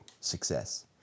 success